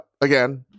Again